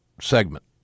segment